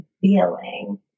feeling